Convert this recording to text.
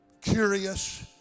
curious